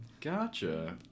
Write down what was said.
Gotcha